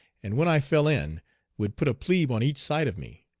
and when i fell in would put a plebe on each side of me.